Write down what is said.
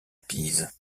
pise